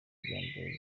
kijyambere